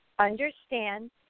Understand